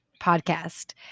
podcast